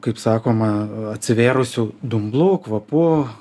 kaip sakoma atsivėrusių dumblų kvapų